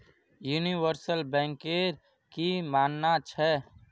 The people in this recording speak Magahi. यूनिवर्सल बैंकेर की मानना छ